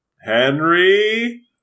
Henry